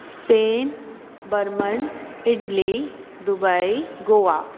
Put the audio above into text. Spain बर्मन Italy Dubai Goa